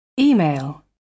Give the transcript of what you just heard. email